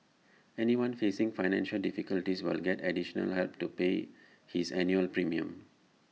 anyone facing financial difficulties will get additional help to pay his annual premium